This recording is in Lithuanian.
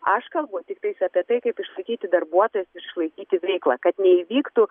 aš kalbu tiktais apie tai kaip išlaikyti darbuotojus išlaikyti veiklą kad neįvyktų